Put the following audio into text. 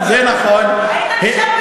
אנצל את הבמה לברך את מבקר המדינה ואת צוות